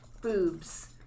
Boobs